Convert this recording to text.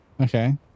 Okay